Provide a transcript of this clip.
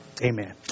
Amen